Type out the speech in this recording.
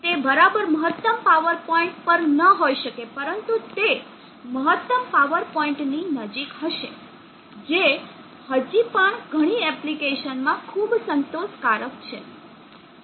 તે બરાબર મહત્તમ પાવર પોઇન્ટ પર ન હોઈ શકે પરંતુ તે મહત્તમ પાવર પોઇન્ટની નજીક હશે જે હજી પણ ઘણી એપ્લિકેશનમાં ખૂબ સંતોષકારક છે